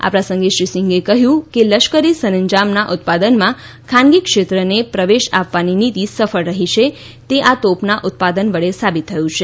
આ પ્રસંગે શ્રી સિંઘે કહ્યું કે લશ્કરી સરંજામના ઉત્પાદનમા ખાનગી ક્ષેત્રને પ્રવેશ આપવાની નીતિ સફળ રહી છે તે આ તોપના ઉત્પાદન વડે સાબિત થયું છે